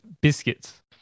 biscuits